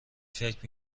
فکر